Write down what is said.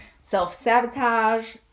self-sabotage